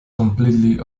completely